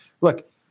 look